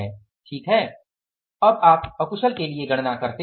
ठीक है अब आप अकुशल के लिए गणना करते हैं